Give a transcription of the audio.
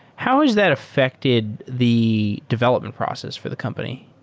how has that affected the development process for the company?